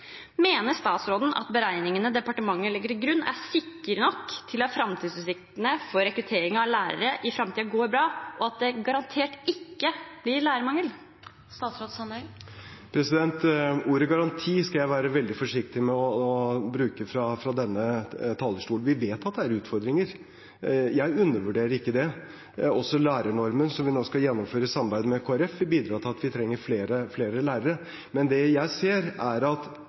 Mener statsråden at beregningene departementet legger til grunn, er sikre nok til at framtidsutsiktene for rekruttering av lærere i framtiden går bra, og at det garantert ikke blir lærermangel? Ordet garanti skal jeg være veldig forsiktig med å bruke fra denne talerstol. Vi vet at det er utfordringer. Jeg undervurderer ikke det. Også lærernormen som vi nå skal gjennomføre i samarbeid med Kristelig Folkeparti, vil bidra til at vi trenger flere lærere. Men det jeg ser, er at